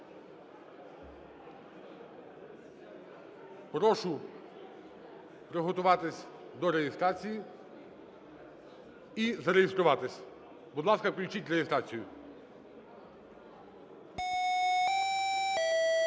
Прошу приготуватись до реєстрації і зареєструватись. Будь ласка, включіть реєстрацію. 10:03:38 Зареєстровано